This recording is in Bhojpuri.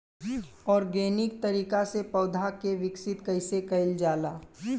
ऑर्गेनिक तरीका से पौधा क विकास कइसे कईल जाला?